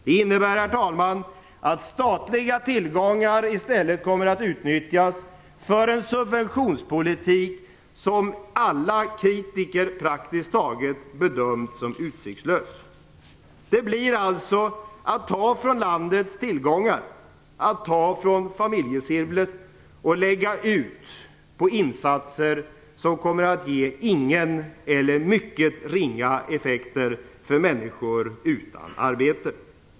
Det innebär, herr talman, att statliga tillgångar i stället kommer att utnyttjas för en subventionspolitik som praktiskt taget alla kritiker bedömt som utsiktslös. Det blir alltså att ta från landets tillgångar, att ta från familjesilvret, och lägga ut på insatser som kommer att ge ingen eller mycket ringa effekt för människor utan arbete.